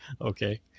Okay